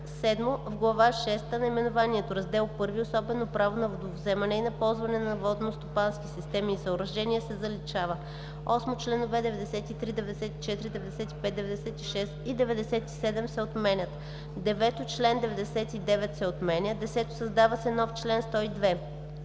7. В глава шеста наименованието „Раздел I Особено право на водовземане и на ползване на водностопански системи и съоръжения“ се заличава. 8. Членове 93, 94, 95, 96 и 97 се отменят. 9. Член 99 се отменя. 10. Създава се нов чл. 102: